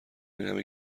اینهمه